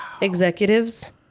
Executives